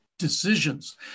decisions